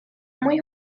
muy